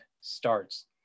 starts